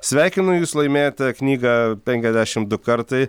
sveikinu jus laimėjote knygą penkiasdešim du kartai